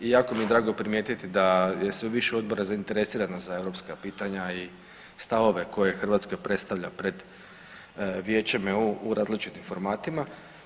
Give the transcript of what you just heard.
I jako mi je drago primijetiti da je sve više odbora zainteresirano za europska pitanja i stavove kojoj Hrvatskoj predstavlja pred Vijećem EU u različitim formatima.